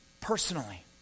personally